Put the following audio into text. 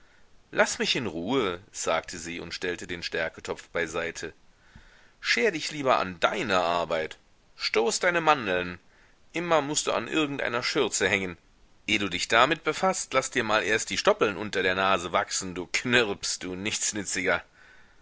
laß mich in ruhe sagte sie und stellte den stärketopf beiseite scher dich lieber an deine arbeit stoß deine mandeln immer mußt du an irgendeiner schürze hängen eh du dich damit befaßt laß dir mal erst die stoppeln unter der nase wachsen du knirps du